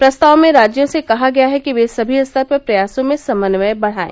प्रस्ताव में राज्यों से कहा गया है कि ये सभी स्तर पर प्रयासों में समन्वय बढ़ाएं